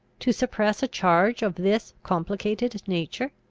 to suppress a charge of this complicated nature?